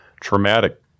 traumatic